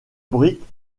briques